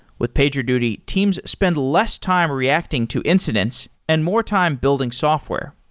with pagerduty, teams spend less time reacting to incidents and more time building software.